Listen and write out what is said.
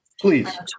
Please